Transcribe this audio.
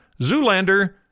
Zoolander